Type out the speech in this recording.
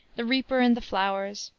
the reaper and the flowers,